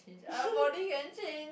change a body can change